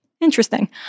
Interesting